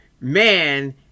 man